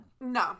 No